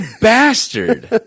bastard